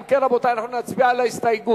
אם כן, רבותי, אנחנו נצביע על ההסתייגות.